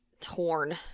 torn